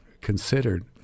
considered